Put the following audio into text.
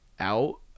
out